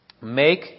make